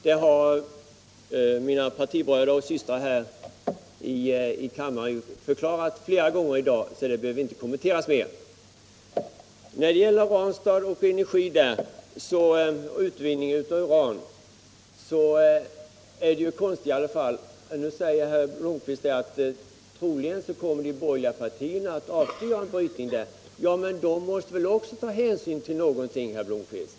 Den har mina partibröder och systrar förklarat flera gånger här i kammaren i dag och det behöver därför inte kommenteras ytterligare. Frågan om utvinningen av uran i Ranstad är ett märkligare fall. Herr Blomkvist säger att de borgerliga partierna troligen kommer att vilja avstå från brytning i Ranstad. Men de måste väl också ha några skäl för sitt ställningstagande, herr Blomkvist.